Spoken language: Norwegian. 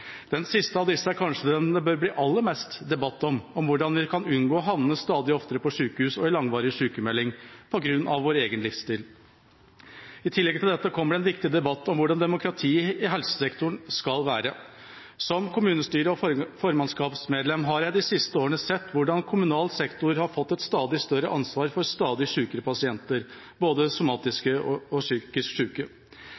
Den siste av disse er kanskje den det bør bli mest debatt om – om hvordan vi kan unngå å havne stadig oftere på sykehus og i langvarig sykemelding på grunn av vår egen livsstil. I tillegg til dette kommer det en viktig debatt om hvordan demokratiet i helsesektoren skal være. Som kommunestyre- og formannskapsmedlem har jeg de siste årene sett hvordan kommunal sektor har fått et stadig større ansvar for stadig sykere pasienter, både somatisk